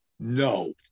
No